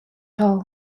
tal